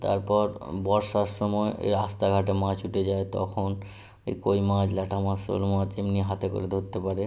তারপর বর্ষার সময় এ রাস্তাঘাটে মাছ উঠে যায় তখন এই কই মাছ ল্যাটা মাছ শোল মাছ এমনি হাতে করে ধরতে পারে